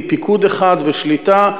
עם פיקוד אחד ושליטה,